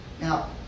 Now